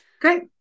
Great